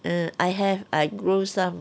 eh I have I grow some